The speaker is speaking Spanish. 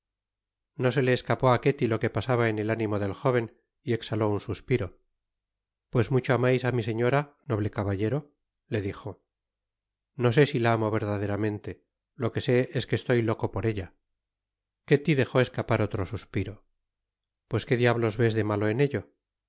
no se le escapó á ketty lo que pasaba en el ánimo del jóven y exhaló un suspiro pues mucho amais á mi señora noble caballero le dijo no sé si la amo verdaderamente lo que sé es que estoy loco por ella ketty dejó escapar otro suspiro pues qué diablos vés de malo en ello